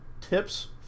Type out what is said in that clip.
Tips